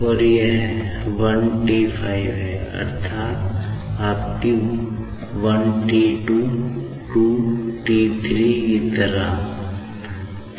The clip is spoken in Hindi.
और यह 15T है अर्थात यह आपकी 21T 23T की तरह है